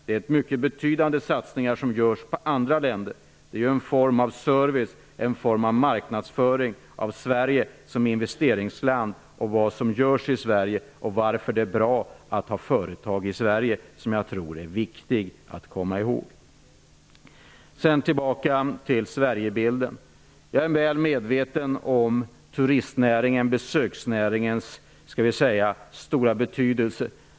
Det sker betydande satsningar på andra länder. Det är en form av service och marknadsföring av Sverige som investeringsland. Vi talar om vad som görs i Sverige och varför det är bra att ha företag i Sverige, vilket är viktigt att komma ihåg. Sedan tillbaka till Sverigebilden. Jag är väl medveten om turistnäringens och besöksnäringens stora betydelse.